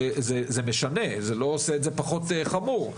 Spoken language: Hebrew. זה משנה, זה לא עושה את זה פחות חמור.